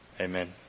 Amen